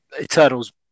Eternals